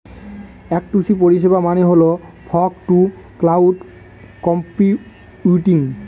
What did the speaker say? F two C পরিষেবা মানে হল ফগ টু ক্লাউড কম্পিউটিং